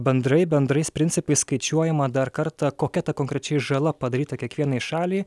bendrai bendrais principais skaičiuojama dar kartą kokia ta konkrečiai žala padaryta kiekvienai šaliai